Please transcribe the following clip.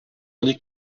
unique